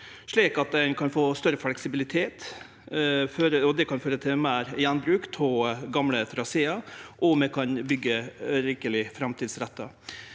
slik at ein kan få større fleksibilitet. Det kan føre til meir gjenbruk av gamle trasear, og vi kan byggje framtidsretta.